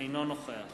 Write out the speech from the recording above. אינו נוכח